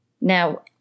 Now